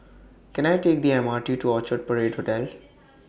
Can I Take The M R T to Orchard Parade Hotel